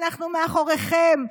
אנחנו מאחוריכם.